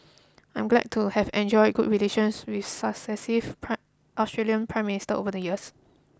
I'm glad to have enjoyed good relations with successive prime Australian prime ministers over the years